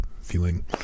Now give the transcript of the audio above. feeling